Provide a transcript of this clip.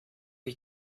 ich